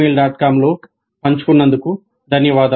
com లో పంచుకున్నందుకు ధన్యవాదాలు